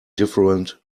different